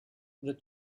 the